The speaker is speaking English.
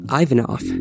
Ivanov